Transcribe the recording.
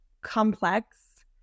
complex